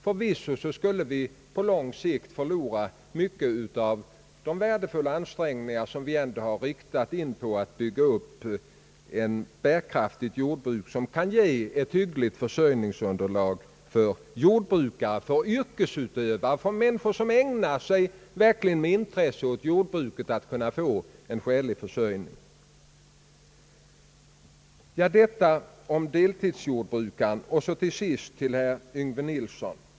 Förvisso skulle vi på lång sikt förlora mycket av det värdefulla arbete som vi ändå har lagt ned på att bygga upp ett bärkraftigt jordbruk, vilket kan ge ett hyggligt försörjningsunderlag för jordbrukare, yrkesutövare, människor som verkligen ägnar sig med intresse åt jordbruket. Jag vill ha sagt detta om deltidsjordbrukarna. Till sist vill jag säga några ord till herr Yngve Nilsson.